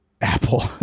apple